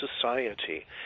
society